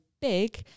big